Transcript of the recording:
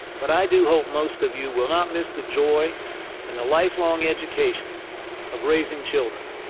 but i do hope most of you will not miss the joy and the lifelong education of raising children.